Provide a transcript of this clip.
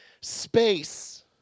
space